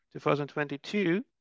2022